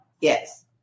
Yes